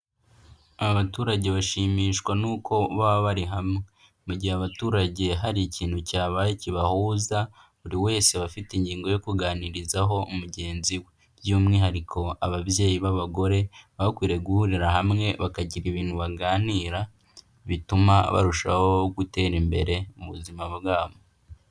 Abaturage bashimishwa nuko baba bari hamwe. Mu gihe abaturage hari ikintu cyabaye kibahuza, buri wese aba afite ingingo yo kuganirizaho mugenzi we. By'umwihariko ababyeyi b'abagore, baba bakwiriye guhurira hamwe bakagira ibintu baganira, bituma barushaho gutera imbere mu buzima bwabo.